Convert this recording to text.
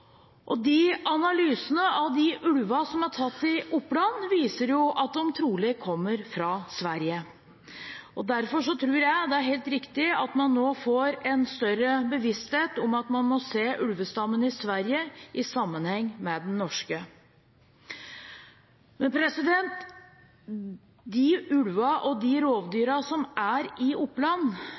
viser at de trolig kommer fra Sverige. Derfor tror jeg det er helt riktig at man nå får en større bevissthet om at man må se ulvestammen i Sverige i sammenheng med den norske. De ulvene og de rovdyrene som er i Oppland,